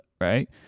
right